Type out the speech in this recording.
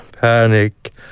panic